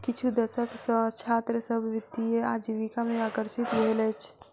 किछु दशक सॅ छात्र सभ वित्तीय आजीविका में आकर्षित भेल अछि